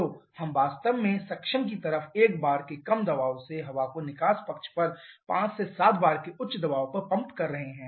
तो हम वास्तव में सक्शन की तरफ 1 बार के कम दबाव से हवा को निकास पक्ष पर 5 से 7 बार के उच्च दबाव पर पंप कर रहे हैं